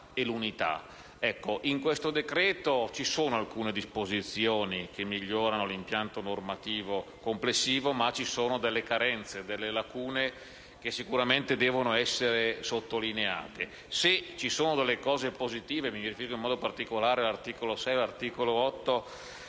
In questo decreto-legge vi sono alcune disposizioni che migliorano l'impianto normativo complessivo, ma ci sono anche delle carenze e delle lacune che sicuramente devono essere sottolineate. Se riconosciamo che vi sono aspetti positivi - mi riferisco in modo particolare all'articolo 6 e all'articolo 8